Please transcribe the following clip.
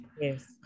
Yes